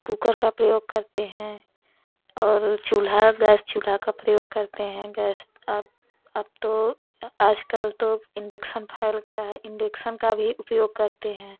cooker का प्रयोग करते हैं और चूल्हा गैस चूल्हा का प्रयोग करते हैं गैस अब तो आजकल तो इंडेक्शन फैल गया है इंडेक्शन का भी उपयोग करते हैं